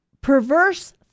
perverse